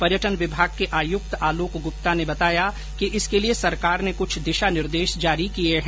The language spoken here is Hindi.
पर्यटन विभाग के आयुक्त आलोक गुप्ता ने बताया कि इसके लिए सरकार ने कुछ दिशा निर्देश जारी किए हैं